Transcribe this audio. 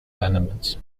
elements